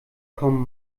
kommen